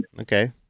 Okay